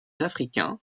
africains